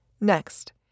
Next